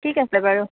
ঠিক আছে বাৰু